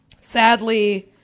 sadly